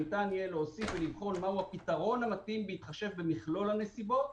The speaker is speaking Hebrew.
שניתן יהיה להוסיף ולבחון מה הוא הפתרון המתאים בהתחשב במכלול הנסיבות.